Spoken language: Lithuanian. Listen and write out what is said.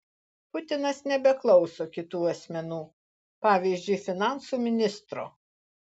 putinas nebeklauso kitų asmenų pavyzdžiui finansų ministro